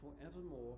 forevermore